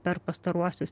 per pastaruosius